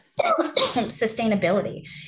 sustainability